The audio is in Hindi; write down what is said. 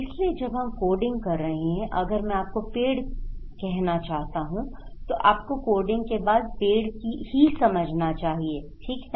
इसलिए जब हम कोडिंग कर रहे हैं अगर मैं आपको पेड़ कहना चाहता हूं तो आपको कोडिंग के बाद पेड़ की समझना चाहिए ठीक है